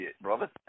brother